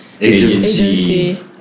Agency